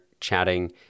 chatting